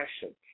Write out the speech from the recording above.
passion